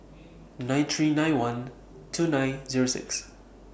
nine three nine one two nine Zero six